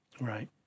Right